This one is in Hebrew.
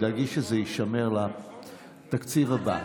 תדאגי שזה יישמר לתקציב הבא.